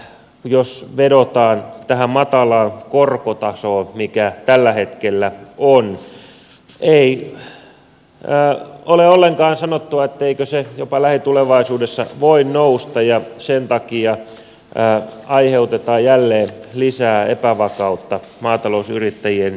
jos vedotaan tähän matalaan korkotasoon mikä tällä hetkellä on ei ole ollenkaan sanottua etteikö se jopa lähitulevaisuudessa voi nousta ja sen takia aiheutetaan jälleen lisää epävakautta maatalousyrittäjien suuntaan